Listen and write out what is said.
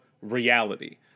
reality